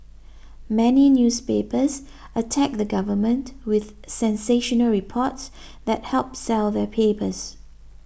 many newspapers attack the government with sensational reports that help sell their papers